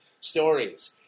stories